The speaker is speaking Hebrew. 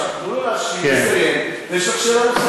תני לו להשיב, לסיים, ויש לך שאלה נוספת.